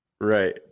right